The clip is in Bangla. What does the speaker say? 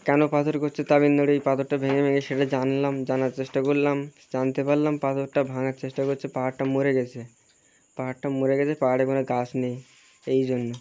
কেন পাথর করছে তামিলনাড়ু এই পাথরটা ভেঙে ভেঙে সেটা জানলাম জানার চেষ্টা করলাম জানতে পারলাম পাথরটা ভাঙার চেষ্টা করছে পাহাড়টা মরে গেছে পাহাড়টা মরে গেছে পাহাড়ে মানে গাছ নেই এই জন্য